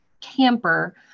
camper